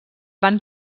van